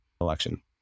election